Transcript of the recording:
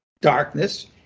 darkness